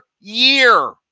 year